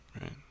right